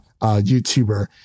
YouTuber